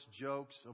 jokes